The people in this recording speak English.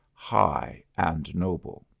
high, and noble.